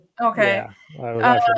Okay